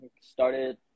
started